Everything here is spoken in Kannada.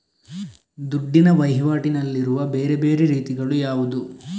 ದುಡ್ಡಿನ ವಹಿವಾಟಿನಲ್ಲಿರುವ ಬೇರೆ ಬೇರೆ ರೀತಿಗಳು ಯಾವುದು?